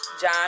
John